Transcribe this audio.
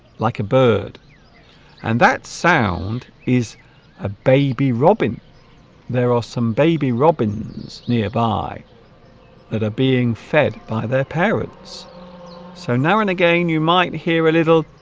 like a bird and that sound is a baby robin there are some baby robins nearby that are being fed by their parents so now and again you might hear a little